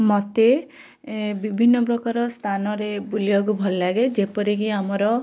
ମୋତେ ଏଁ ବିଭିନ୍ନ ପ୍ରକାର ସ୍ଥାନରେ ବୁଲିବାକୁ ଭଲଲାଗେ ଯେପରିକି ଆମର